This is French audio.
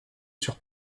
sur